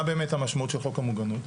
מה באמת המשמעות של חוק המוגנות,